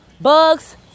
bugs